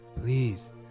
please